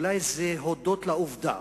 אולי זה הודות לעובדה